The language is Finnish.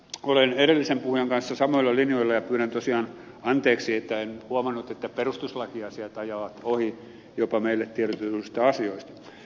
olen edellisen puhujan kanssa samoilla linjoilla ja pyydän tosiaan anteeksi että en huomannut että perustuslakiasiat ajavat ohi jopa meille tiedotetuista asioista